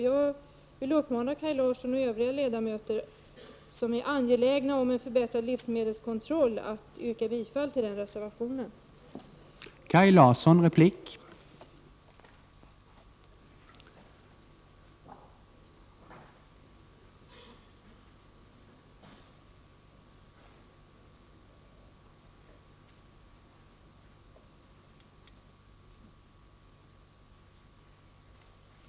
Jag vill uppmana Kaj Larsson och övriga ledamöter som är angelägna om en förbättrad livsmedelskontroll att rösta för bifall till reservation 56.